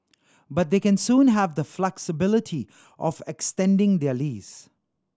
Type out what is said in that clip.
but they can soon have the flexibility of extending their lease